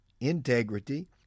integrity